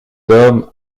d’homme